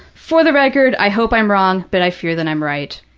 for the record, i hope i'm wrong, but i fear that i'm right.